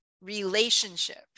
relationship